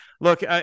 look